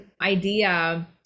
idea